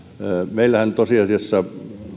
meillähän tosiasiassa